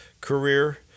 career